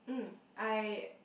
uh I